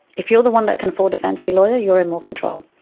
if you're the one that can afford a fancy lawyer, you're in more control.